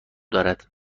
دارد